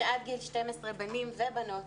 שעד גיל 12 בנים ובנות